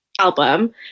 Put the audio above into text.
album